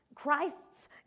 Christ's